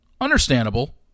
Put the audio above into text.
Understandable